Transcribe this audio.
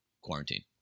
quarantine